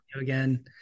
again